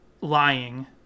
lying